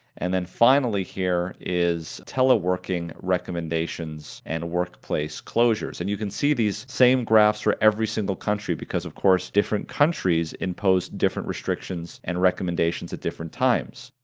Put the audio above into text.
and then finally here is teleworking recommendations and workplace closures. and you can see these same graphs for every single country because, of course, different countries impose different restrictions and recommendations at different times.